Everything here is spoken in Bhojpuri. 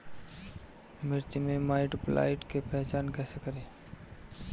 मिर्च मे माईटब्लाइट के पहचान कैसे करे?